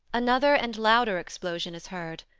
another and louder explosion is heard.